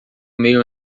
meio